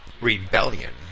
rebellion